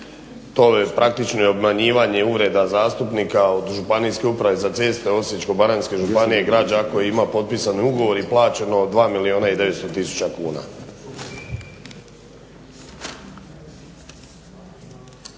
to je praktično i obmanjivanje uvreda zastupnika od Županijske uprave za ceste Osječko-baranjske županije Grad Đakovo ima potpisan ugovor i plaćeno 2 milijuna i 900000 kuna.